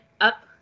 up